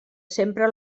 sempre